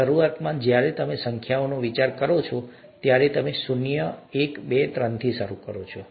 શરૂઆતમાં જ્યારે તમે સંખ્યાઓનો વિચાર કરો છો ત્યારે તમે શૂન્ય એક બે ત્રણથી શરૂ કરો છો